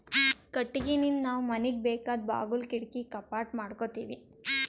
ಕಟ್ಟಿಗಿನಿಂದ್ ನಾವ್ ಮನಿಗ್ ಬೇಕಾದ್ ಬಾಗುಲ್ ಕಿಡಕಿ ಕಪಾಟ್ ಮಾಡಕೋತೀವಿ